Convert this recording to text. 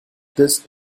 this